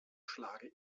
schlage